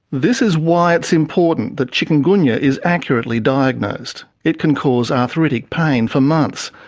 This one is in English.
this is why it's important that chikungunya is accurately diagnosed. it can cause arthritic pain for months.